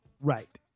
Right